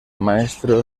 maestro